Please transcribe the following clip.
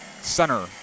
Center